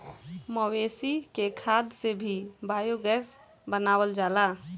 मवेशी के खाद से भी बायोगैस बनावल जाला